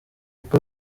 uko